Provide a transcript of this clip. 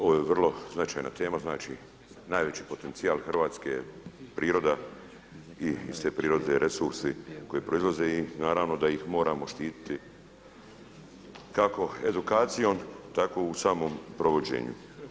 Ovo je vrlo značajna tema znači najveći potencijal Hrvatske je priroda i iz te prirode i resursi koji proizlaze i naravno da ih moramo štititi kako edukacijom tako i u samom provođenju.